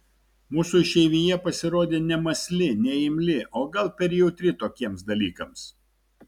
mūsų išeivija pasirodė nemąsli neimli o gal per jautri tokiems dalykams